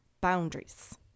boundaries